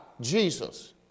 Jesus